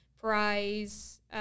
prize